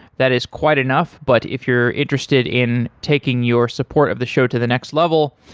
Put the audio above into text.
that is quite enough, but if you're interested in taking your support of the show to the next level,